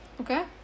okay